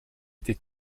été